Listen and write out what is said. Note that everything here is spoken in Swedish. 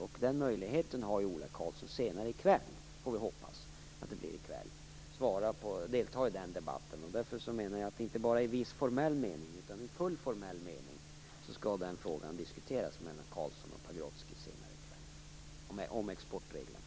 Ola Karlsson har ju möjlighet att senare i kväll delta i den debatten, och jag menar därför att frågan om exportreglerna inte bara i viss formell mening utan i fullt formell mening skall diskuteras mellan Karlsson och Pagrotsky senare i kväll.